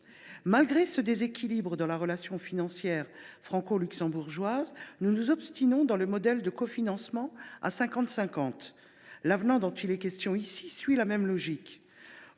Malgré ce déséquilibre dans la relation financière franco luxembourgeoise, nous nous obstinons dans le modèle de cofinancement à 50 50. L’avenant, dont il est question aujourd’hui, suit la même logique.